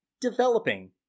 developing